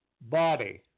body